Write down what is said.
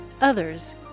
others